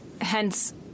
Hence